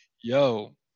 yo